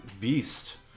beast